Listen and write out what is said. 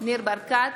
ניר ברקת,